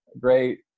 great